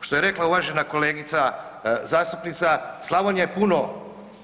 Što je rekla uvažena kolegica zastupnica, Slavonija je puno